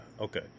Okay